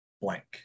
blank